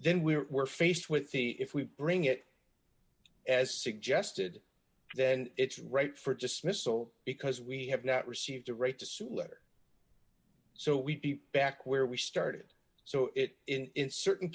then we were faced with a if we bring it as suggested then it's right for just miso because we have not received a right to sue letter so we'd be back where we started so it in certain